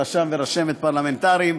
רשם ורשמת פרלמנטריים,